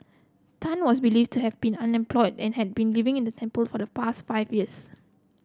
Tan was believed to have been unemployed and had been living in the temple for the past five years